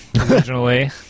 originally